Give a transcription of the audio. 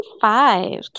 five